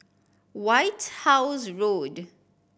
White House Road